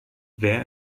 wer